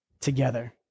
together